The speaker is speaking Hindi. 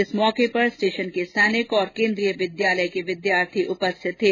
इस मौके पर स्टेशन के सैनिक और केन्द्रीय विद्यालय के विद्यार्थी उपस्थित थे